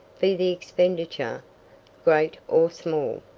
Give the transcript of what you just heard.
be the expenditure great or small.